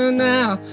now